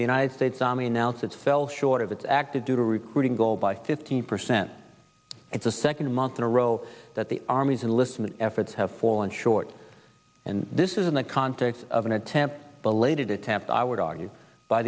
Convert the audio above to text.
the united states army announced it fell short of its active duty recruiting goal by fifteen percent it's the second month in a row that the army's and listen the efforts have fallen short and this is in the context of an attempt belated attempt i would argue by